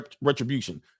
retribution